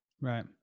Right